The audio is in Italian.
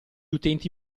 utenti